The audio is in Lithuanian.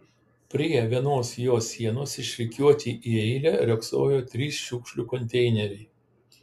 prie vienos jo sienos išrikiuoti į eilę riogsojo trys šiukšlių konteineriai